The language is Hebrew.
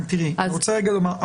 תראי, אני רוצה רגע לומר.